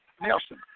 Nelson